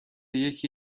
یکی